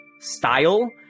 style